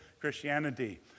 Christianity